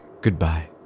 Goodbye